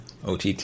OTT